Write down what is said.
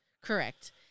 Correct